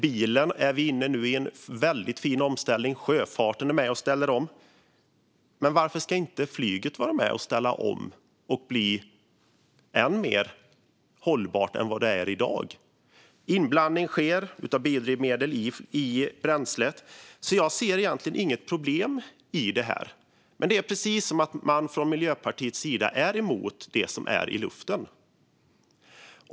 Bilen är vi nu inne i en väldigt fin omställning av. Sjöfarten är med och ställer om. Varför ska inte flyget vara med och ställa om och bli än mer hållbart än det är i dag? Inblandning sker av biodrivmedel i bränslet, så jag ser egentligen inget problem i det här. Men från Miljöpartiets sida är det precis som att man är emot det som är i luften.